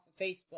Facebook